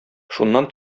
шуннан